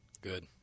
Good